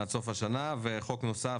והצעת חוק נוספת